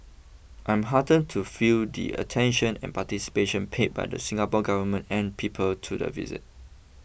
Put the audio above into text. I'm heartened to feel the attention and anticipation paid by the Singapore Government and people to the visit